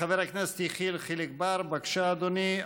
חבר הכנסת יחיאל חיליק בר, בבקשה, אדוני.